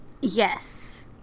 Yes